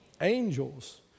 Angels